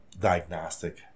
diagnostic